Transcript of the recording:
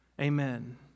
amen